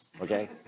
Okay